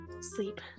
Sleep